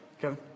Kevin